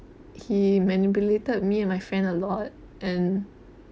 he manipulated me and my friend a lot then